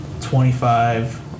twenty-five